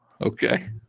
Okay